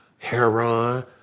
Heron